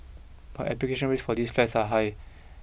but application rates for these flats are high